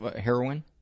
heroin